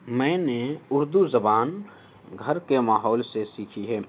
میں نے اردو زبان گھر کے ماحول سے سیکھی ہے